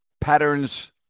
patterns